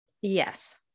Yes